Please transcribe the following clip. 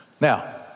Now